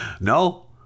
no